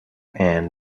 ann